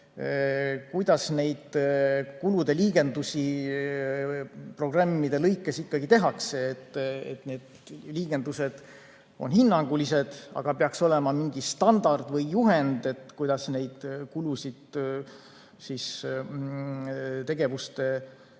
kuidas neid kulude liigendusi programmide lõikes tehakse. Liigendused on hinnangulised, aga peaks olema mingi standard või juhend, kuidas neid kulusid tegevuste maksumusse